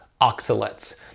oxalates